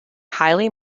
highly